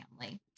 family